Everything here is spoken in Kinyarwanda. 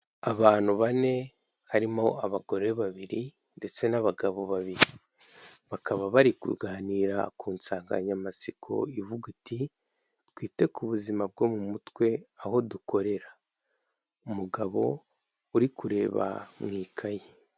Abantu bane harimo abagore babiri ndetse n'abagabo babiri, bakaba bari kuganira ku nsanganyamatsiko ivuga iti twite ku buzima bwo mu mutwe aho dukorera, umugabo uri kureba mu ikayi.